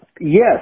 Yes